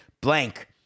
blank